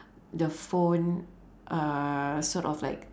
the phone err sort of like